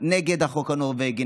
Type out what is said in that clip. נגד החוק הנורבגי,